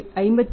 இது 52